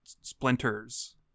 splinters